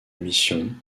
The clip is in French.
mission